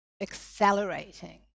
accelerating